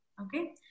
Okay